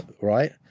right